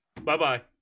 Bye-bye